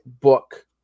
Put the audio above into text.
book